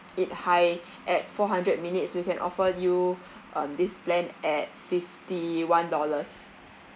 it high at four hundred minutes we can offer you um this plan at fifty one dollars